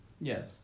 Yes